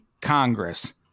Congress